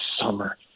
summer